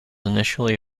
initially